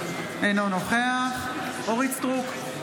אינו נוכח אורית מלכה סטרוק,